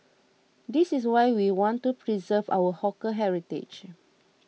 this is why we want to preserve our hawker heritage